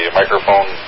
microphone